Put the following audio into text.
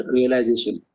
Realization